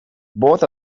both